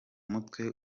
mutwe